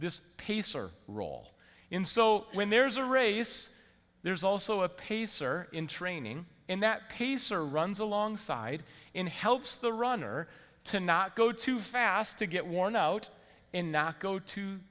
this pacer role in so when there's a race there's also a pacer in training and that pacer runs alongside in helps the runner to not go too fast to get worn out and not go too